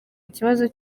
ikibazo